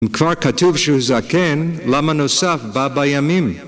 כבר כתוב שהוא זקן, למה נוסף בא בימים?